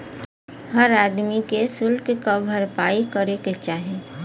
हर आदमी के सुल्क क भरपाई करे के चाही